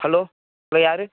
hello hello யார்